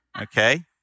Okay